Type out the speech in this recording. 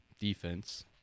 defense